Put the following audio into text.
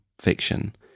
fiction